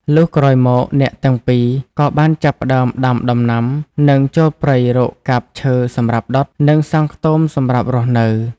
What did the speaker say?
លុះក្រោយមកអ្នកទាំងពីរក៏បានចាប់ផ្ដើមដាំដំណាំ និងចូលព្រៃរកកាប់ឈើសម្រាប់ដុត និងសង់ខ្ទមសម្រាប់រស់នៅ។